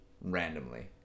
randomly